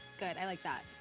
good, i like that.